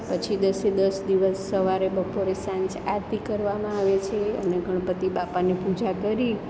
પછી દસે દસ દિવસ સવારે બપોરે સાંજે આરતી કરવામાં આવે છે અને ગણપતિ બાપાની પૂજા કરી